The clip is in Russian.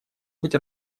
быть